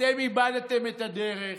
אתם איבדתם את הדרך.